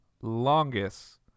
longest